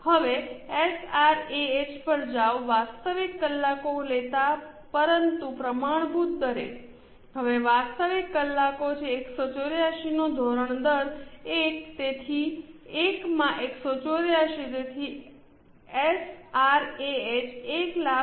હવે એસઆરએએચ પર જાઓ વાસ્તવિક કલાકો લેતા પરંતુ પ્રમાણભૂત દરે હવે વાસ્તવિક કલાકો છે 184 નો ધોરણ દર 1 તેથી 1 માં 184 તેથી એસઆરએએચ 184800 છે